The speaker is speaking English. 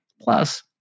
Plus